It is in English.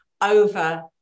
over